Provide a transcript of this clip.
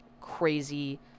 crazy